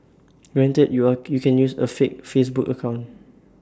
granted you are you can use A fake Facebook account